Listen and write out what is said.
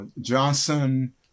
Johnson